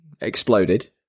exploded